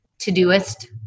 Todoist